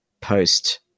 Post